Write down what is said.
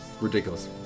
ridiculous